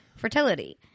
fertility